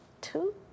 two